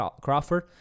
Crawford